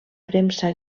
premsa